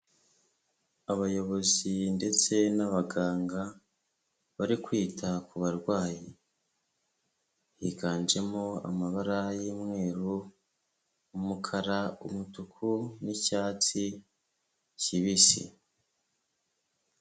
Abayobozi ndetse n'abaganga bari kwita ku barwayi, higanjemo amabara y'umweru, umukara, umutuku n'cyatsi kibisi.